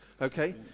Okay